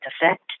effect